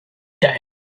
day